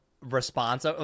response